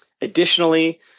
Additionally